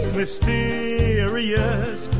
mysterious